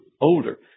older